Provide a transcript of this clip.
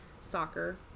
Soccer